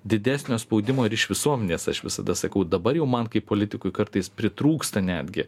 didesnio spaudimo ir iš visuomenės aš visada sakau dabar jau man kaip politikui kartais pritrūksta netgi